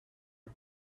are